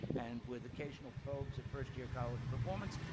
and with occasion probes of first-year college performance.